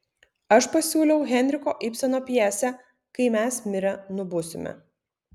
aš pasiūliau henriko ibseno pjesę kai mes mirę nubusime